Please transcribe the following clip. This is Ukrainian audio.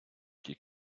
тій